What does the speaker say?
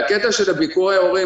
בעניין ביקורי ההורים,